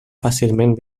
fàcilment